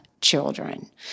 children